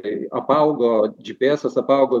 apaugo džy py esas apaugo